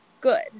good